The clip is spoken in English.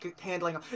handling